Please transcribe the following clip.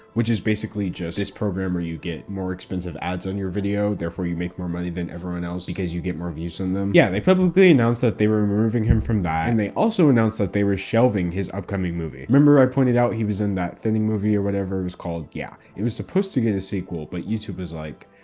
which is basically just this program, where you get more expensive ads on your video. therefore, you make more money than everyone else, because you get more views than them. yeah, they publicly announced that they were removing him from that. and they also announced that they were shelving his upcoming movie. remember, i pointed out he was in that thinning movie or whatever it was called. yeah, it was supposed to get a sequel, but youtube was like,